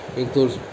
includes